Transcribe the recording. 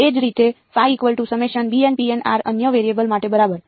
એ જ રીતે અન્ય વેરીએબલ માટે બરાબર